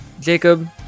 Jacob